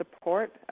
support